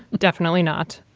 definitely not.